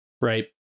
right